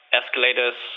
escalators